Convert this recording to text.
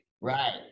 Right